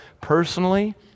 personally